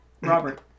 Robert